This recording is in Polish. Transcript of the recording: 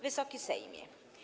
Wysoki Sejmie!